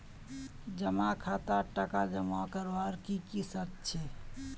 जमा खातात टका जमा करवार की की शर्त छे?